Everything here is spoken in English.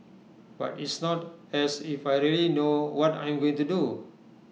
but it's not as if I really know what I'm going to do